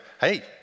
hey